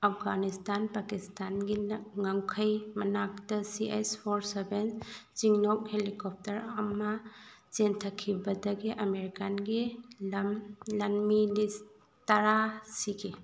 ꯑꯕꯘꯥꯅꯤꯁꯇꯥꯟ ꯄꯀꯤꯁꯇꯥꯟꯒꯤ ꯉꯝꯈꯩ ꯃꯅꯥꯛꯇ ꯁꯤ ꯑꯩꯆ ꯐꯣꯔ ꯁꯚꯦꯟ ꯆꯤꯡꯅꯣꯛ ꯍꯤꯂꯤꯀꯣꯞꯇꯔ ꯑꯃ ꯆꯦꯟꯊꯈꯤꯕꯗꯒꯤ ꯑꯦꯃꯔꯤꯀꯥꯟꯒꯤ ꯂꯥꯟꯃꯤ ꯇꯔꯥ ꯁꯤꯈꯤ